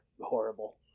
horrible